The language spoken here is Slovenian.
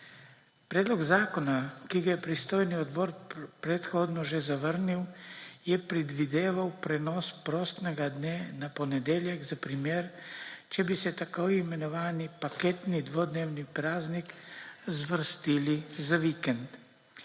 Predlog zakona, ki ga je pristojni odbor predhodno že zavrnil, je predvideval prenos prostega dne na ponedeljek za primer, če bi se tako imenovani paketni dvodnevni prazniki zvrstili za vikend.